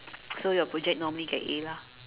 so your project normally get A lah